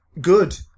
Good